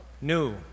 New